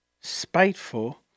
spiteful